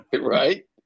Right